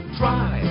try